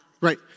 Right